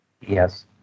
Yes